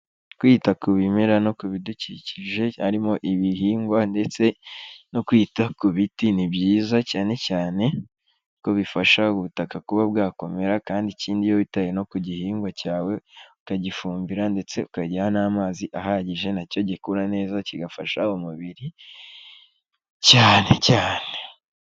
Kwita ku bimera no ku bidukikije harimo ibihingwa ndetse no kwita ku biti ni byiza cyane cyane, kuko bifasha ubutaka kuba bwakomera kandi ikindi iyo witaye no ku gihingwa cyawe ukagifumbira ndetse ukagira n'amazi ahagije na cyo gikura neza, kigafasha umubiri cyane cyane.